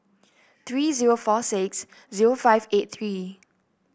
three zero four six zero five eight three